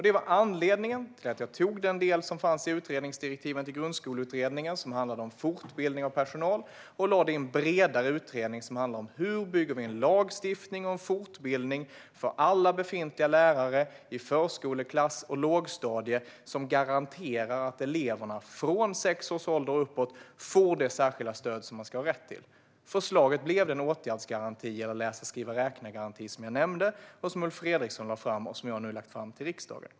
Det var anledningen till att jag tog den del av utredningsdirektiven till Grundskoleutredningen som handlade om fortbildning av personal och förde över den till en bredare utredning som handlar om hur man ska få till en lagstiftning om fortbildning för alla befintliga lärare i förskoleklass och lågstadiet som garanterar att eleverna från sex års ålder och uppåt får det särskilda stöd som de har rätt till. Förslaget ledde till den åtgärdsgaranti och den läsa-skriva-räkna-garanti som jag nämnde enligt det förslag som Ulf Fredriksson lade fram och som jag nu har lagt fram till riksdagen.